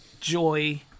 joy